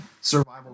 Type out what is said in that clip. survival